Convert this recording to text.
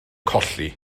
colli